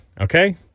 okay